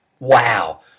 wow